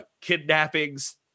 kidnappings